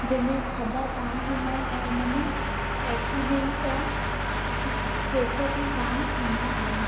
जंहिं में खॾा जाम थींदा आहिनि ऐं हिन में एक्सीडेंट या केस बि जाम थींदा आहिनि